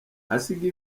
asiga